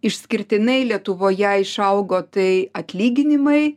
išskirtinai lietuvoje išaugo tai atlyginimai